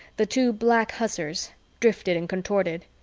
the two black hussars drifted and contorted.